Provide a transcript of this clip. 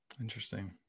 Interesting